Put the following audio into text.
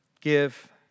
give